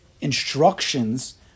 instructions